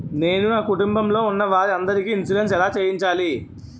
నేను నా కుటుంబం లొ ఉన్న వారి అందరికి ఇన్సురెన్స్ ఎలా చేయించాలి?